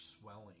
swelling